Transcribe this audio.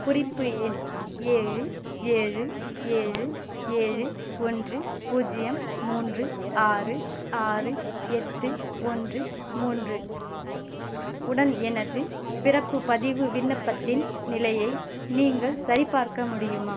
குறிப்பு எண் ஏழு ஏழு ஏழு ஏழு ஒன்று பூஜ்யம் மூன்று ஆறு ஆறு எட்டு ஒன்று மூன்று உடன் எனது பிறப்பு பதிவு விண்ணப்பத்தின் நிலையை நீங்கள் சரிபார்க்க முடியுமா